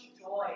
joy